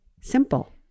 simple